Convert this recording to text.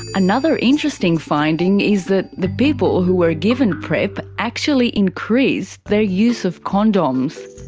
another interesting finding is that the people who were given prep actually increased their use of condoms.